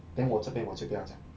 then 我这边我就不要讲